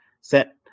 set